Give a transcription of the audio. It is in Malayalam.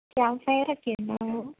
ക്യാമ്പ്ഫയറൊക്കെ ഉണ്ടാവുമോ